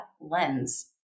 lens